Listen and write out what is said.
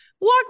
Walk